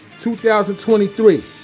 2023